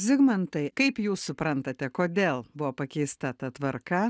zigmantai kaip jūs suprantate kodėl buvo pakeista ta tvarka